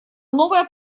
новое